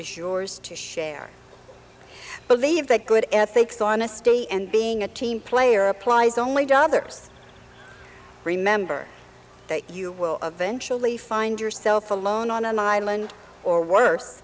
sure to share believe that good ethics on a stay and being a team player applies only to others remember that you will eventually find yourself alone on an island or worse